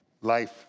Life